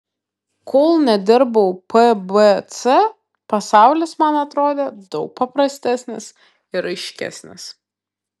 kol nedirbau bpc pasaulis man atrodė daug paprastesnis ir aiškesnis